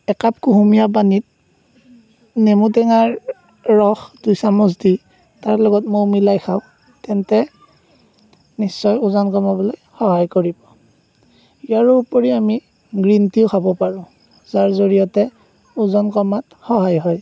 একাপ কুহুমীয়া পানীত নেমু টেঙাৰ ৰস দুচামুচ দি তাৰ লগত মৌ মিলাই খাওঁ তেন্তে নিশ্চয় ওজন কমাবলৈ সহায় কৰিব ইয়াৰোপৰি আমি গ্ৰীণ টিও খাব পাৰোঁ যাৰ জৰিয়তে ওজন কমাত সহায় হয়